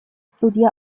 судья